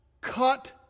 cut